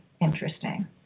interesting